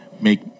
make